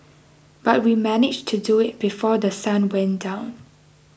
but we managed to do it before The Sun went down